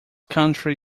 country